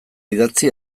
idatzi